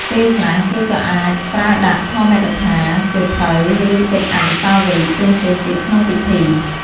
ពេលខ្លះគេក៏អាចប្រើដាក់ ធម៌កថា, សៀវភៅ, ឬកិច្ចអនុស្សាវរីយ៍ផ្សេងៗទៀតក្នុងពិធី។